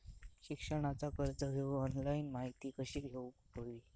शिक्षणाचा कर्ज घेऊक ऑनलाइन माहिती कशी घेऊक हवी?